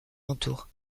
entoure